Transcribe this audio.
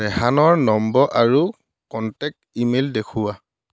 ৰেহানৰ নম্বৰ আৰু contact email দেখুওৱা